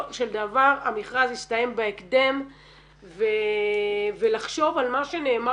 של דבר המכרז יסתיים בהקדם ולחשוב על מה שנאמר